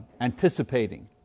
anticipating